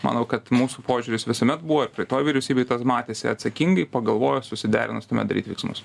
manau kad mūsų požiūris visuomet buvo ir praeitoj vyriausybėj tas matėsi atsakingai pagalvojus susiderinus tuomet daryt veiksmus